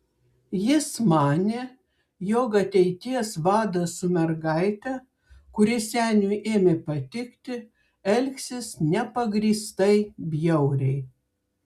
jis manė jog ateities vadas su mergaite kuri seniui ėmė patikti elgsis nepagrįstai bjauriai